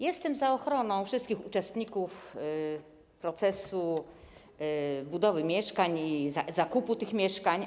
Jestem za ochroną wszystkich uczestników procesu budowy mieszkań, zakupu tych mieszkań.